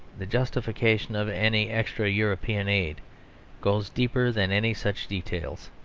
the justification of any extra-european aid goes deeper than any such details.